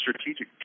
strategic